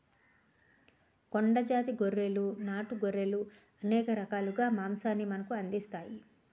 కొండ జాతి గొర్రెలు నాటు గొర్రెలు అనేక రకాలుగా మాంసాన్ని మనకు అందిస్తాయి